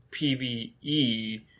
PvE